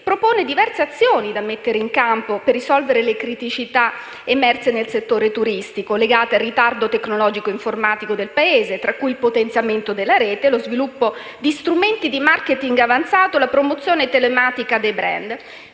propone diverse azioni da mettere in campo per risolvere le criticità emerse nel settore turistico, legate al ritardo tecnologico e informatico del Paese, tra cui il potenziamento della Rete, lo sviluppo di strumenti di *marketing* avanzato, la promozione telematica dei *brand*.